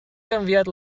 canviat